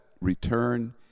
return